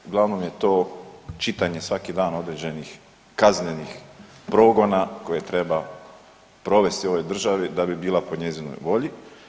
Uglavnom je to čitanje svaki dan određenih kaznenih progona koje treba provesti u ovoj državi da bi bila po njezinoj volji.